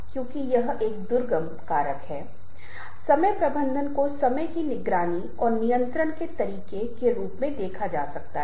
यहां तक कि अगर आपके पास इसकी तैयारी करने के लिए 1 महीना है या आपके पास प्रस्तुति देने के लिए सिर्फ 5 मिनट या 10 मिनट का समय हो सकता है